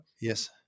Yes